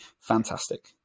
fantastic